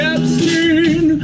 Epstein